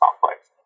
complex